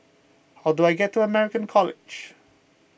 how do I get to American College